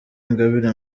ingabire